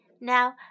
Now